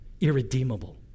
irredeemable